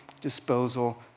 disposal